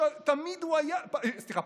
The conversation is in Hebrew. סליחה,